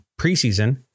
preseason